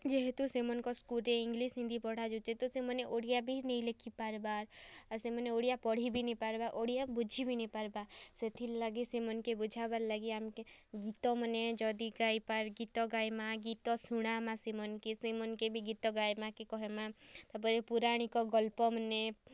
ଯେହେତୁ ସେମାନଙ୍କର୍ ସ୍କୁଲ୍ନେ ଇଂଗ୍ଲିଶ୍ ହିନ୍ଦୀ ପଢ଼ା ଯାଉଛେ ତ ସେମାନେ ଓଡ଼ିଆ ବି ନି ଲେଖି ପାର୍ବାର୍ ଆଉ ସେମାନେ ଓଡ଼ିଆ ପଢ଼ି ବି ନି ପାର୍ବାର୍ ଓଡ଼ିଆ ବୁଝି ବି ନି ପାର୍ବାର୍ ସେଥିର୍ଲାଗି ସେମାନ୍କେ ବୁଝାବାର୍ ଲାଗି ଆମ୍କେ ଗୀତ୍ମାନେ ଯଦି ଗାଇ ଗୀତ ଗାଏମା୍ ଗୀତ ଶୁଣାମା ସେମାନ୍କେ ସେମାନ୍କେ ବି ଗୀତ ଗାଏବା କେ କହେମା ତା'ପ୍ରେ ପୌରାଣିକ୍ ଗଳ୍ପମାନେ